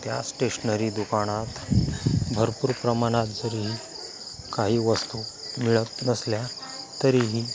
त्या स्टेशनरी दुकानात भरपूर प्रमाणात जरी काही वस्तू मिळत नसल्या तरीही